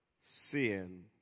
sin